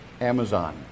Amazon